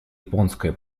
японское